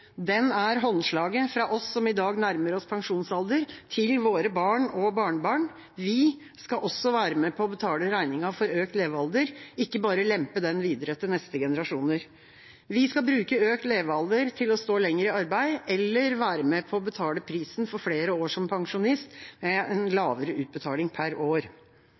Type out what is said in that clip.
Den er håndslaget fra oss som i dag nærmer oss pensjonsalder, til våre barn og barnebarn – vi skal også være med på å betale regningen for økt levealder, ikke bare lempe den videre til neste generasjoner. Vi skal bruke økt levealder til å stå lenger i arbeid eller være med på å betale prisen for flere år som pensjonist ved en lavere utbetaling per år.